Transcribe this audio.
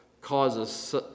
causes